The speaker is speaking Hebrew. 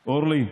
אורלי,